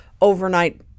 overnight